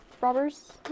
robbers